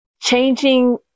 Changing